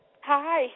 Hi